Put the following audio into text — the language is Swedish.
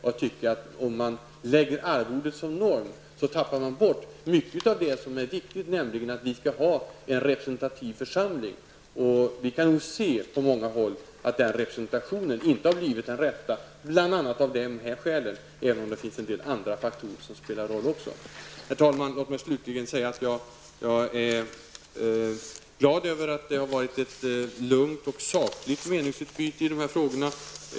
Om man lägger arvodet som norm tappar man bort mycket av det som är viktigt, nämligen att vi skall ha en representativ församling. Vi kan nog på många håll se att representationen inte blivit den rätta bl.a. av dessa skäl, även om det finns andra faktorer som också spelar in. Herr talman! Jag vill slutligen säga att jag är glad över att det har varit ett lugnt och sakligt meningsutbyte i dessa frågor.